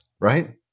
right